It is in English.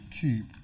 keep